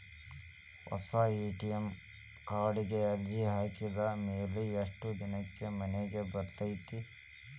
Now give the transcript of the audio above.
ಹೊಸಾ ಎ.ಟಿ.ಎಂ ಕಾರ್ಡಿಗೆ ಅರ್ಜಿ ಹಾಕಿದ್ ಮ್ಯಾಲೆ ಎಷ್ಟ ದಿನಕ್ಕ್ ಮನಿಗೆ ಬರತೈತ್ರಿ?